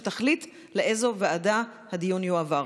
שתחליט לאיזה ועדה הדיון יועבר.